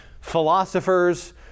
Philosophers